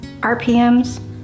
RPMs